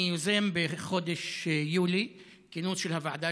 אני יוזם בחודש יולי כינוס של הוועדה